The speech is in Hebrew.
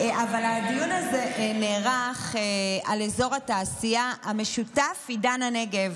אבל הדיון הזה נערך על אזור התעשייה המשותף עידן הנגב.